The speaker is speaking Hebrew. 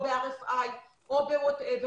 או ב-RFI או ב-what ever,